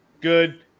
good